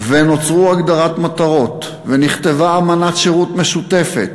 ונוצרה הגדרת מטרות, ונכתבה אמנת שירות משותפת,